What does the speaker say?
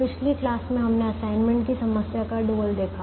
पिछली कक्षा में हमने असाइनमेंट की समस्या का डुअल देखा